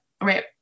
right